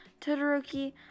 Todoroki